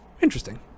interesting